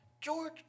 George